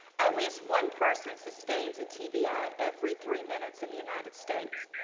at least one person sustains a tbi every three minutes in the united states.